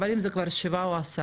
אבל אם זה כבר שבעה או עשרה,